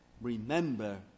remember